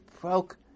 broke